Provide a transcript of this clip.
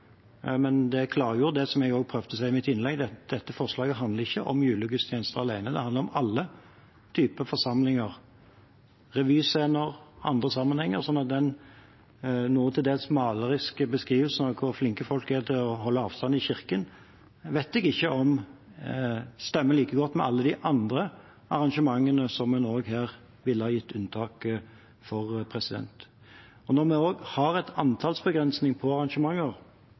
Det klargjør det jeg prøvde å si i mitt innlegg, at dette forslaget ikke handler om julegudstjenester alene, men om alle typer forsamlinger. Det vi nå ser i andre sammenhenger, er noen til dels maleriske beskrivelser av hvor flinke folk er til å holde avstand i kirken, men det vet jeg ikke om stemmer like godt med alle de andre arrangementene som en her ville gitt unntak for. Når vi har en antallsbegrensning for arrangementer,